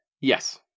Yes